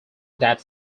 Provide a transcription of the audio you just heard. that